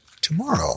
tomorrow